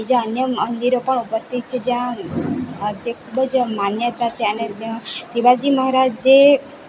બીજા અન્ય મંદિરો પણ ઉપસ્થિત છે જ્યાં આજે ખુબ જ માન્યતા છે અને શિવાજી મહારાજે